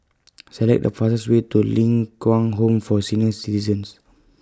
Select The fastest Way to Ling Kwang Home For Senior Citizens